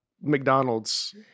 McDonald's